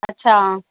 अच्छा